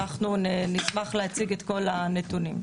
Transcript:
אנחנו נשמח להציג את כל הנתונים.